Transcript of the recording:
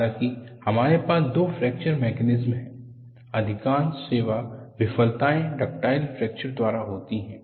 हालांकि हमारे पास दो फ्रैक्चर मैकेनिज्मस हैं अधिकांश सेवा विफलताएं डक्टाइल फ्रैक्चर द्वारा होती हैं